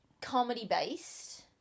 comedy-based